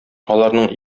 аларның